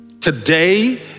Today